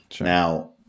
Now